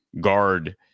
guard